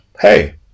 Hey